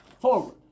forward